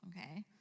okay